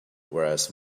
whereas